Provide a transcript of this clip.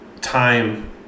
time